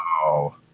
Wow